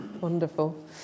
Wonderful